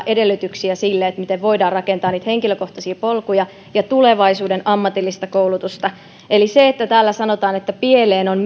edellytyksiä sille miten voidaan rakentaa niitä henkilökohtaisia polkuja ja tulevaisuuden ammatillista koulutusta eli se että täällä sanotaan että pieleen on